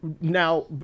Now